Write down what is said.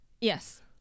yes